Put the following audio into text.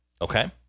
Okay